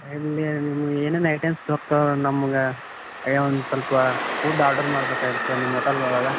ಎಲ್ಲಿ ನೀವು ಏನೇನ್ ಐಟೆಮ್ಸ್ ದೊರಕ್ತವ ನಮ್ಗೆ ಅಯ್ಯೋ ಒನ್ ಸ್ವಲ್ಪ ಫುಡ್ ಆರ್ಡರ್ ಮಾಡ್ಬೇಕಾಗಿತ್ತು ನಿಮ್ಮ ಹೋಟೆಲ್ ಒಳಗೆ